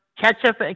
ketchup